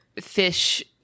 fish